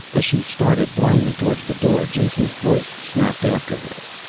as she started blindly towards the door, jason's voice snapped after her.